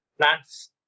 plants